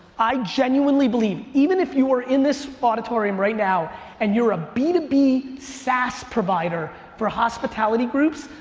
i genuinely believe, even if you are in this auditorium right now and you're a b to b sas provider for hospitality groups,